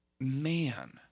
man